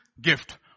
gift